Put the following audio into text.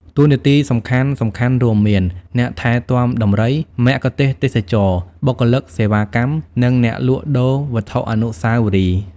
តួនាទីសំខាន់ៗរួមមាន អ្នកថែទាំដំរី មគ្គុទ្ទេសក៍ទេសចរណ៍ បុគ្គលិកសេវាកម្ម និងអ្នកលក់ដូរវត្ថុអនុស្សាវរីយ៍។